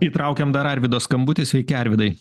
įtraukiam dar arvydo skambutis sveiki arvydai